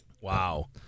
Wow